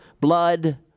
blood